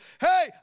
Hey